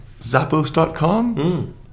Zappos.com